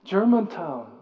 Germantown